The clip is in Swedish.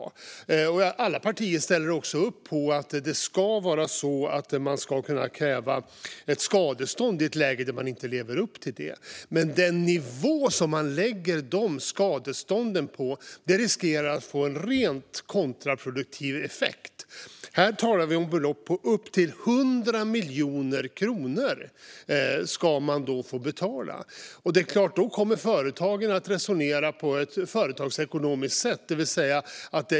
Alla partier ställer också upp på att det ska kunna krävas ett skadestånd i ett läge där man inte lever upp till detta. Men den nivå som man lägger skadestånden på riskerar att få en rent kontraproduktiv effekt. Här talar vi om belopp på upp till 100 miljoner kronor, som man då ska få betala. Då är det klart att företagen kommer att resonera på ett företagsekonomiskt sätt.